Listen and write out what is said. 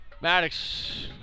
Maddox